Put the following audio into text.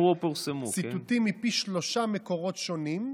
ציטוטים מפי שלושה מקורות שונים,